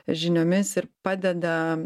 žiniomis ir padeda